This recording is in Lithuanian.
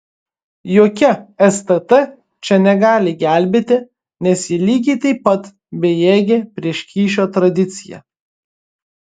jokia stt čia negali gelbėti nes ji lygiai taip pat bejėgė prieš kyšio tradiciją